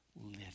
live